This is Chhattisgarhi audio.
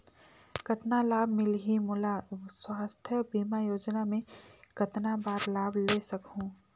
कतना लाभ मिलही मोला? स्वास्थ बीमा योजना मे कतना बार लाभ ले सकहूँ?